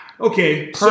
Okay